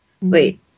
Wait